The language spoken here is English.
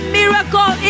miracle